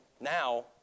now